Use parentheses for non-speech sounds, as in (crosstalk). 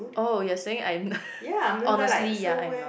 oh you are saying I'm (noise) honestly ya I am not